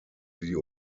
die